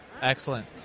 Excellent